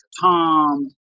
Tom